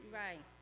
right